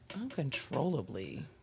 Uncontrollably